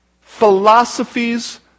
philosophies